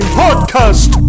podcast